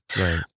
Right